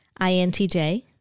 INTJ